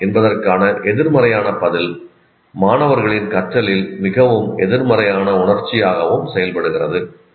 ' என்பதற்கான எதிர்மறையான பதில் மாணவர்களின் கற்றலில் மிகவும் எதிர்மறையான உணர்ச்சியாகவும் செயல்படுகிறது